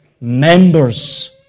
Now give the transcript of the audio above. members